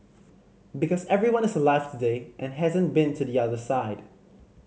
because everyone is alive today and hasn't been to the other side